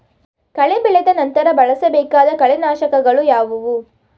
ಕಳೆ ಬೆಳೆದ ನಂತರ ಬಳಸಬೇಕಾದ ಕಳೆನಾಶಕಗಳು ಯಾವುವು?